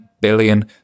billion